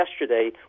yesterday